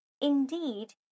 Indeed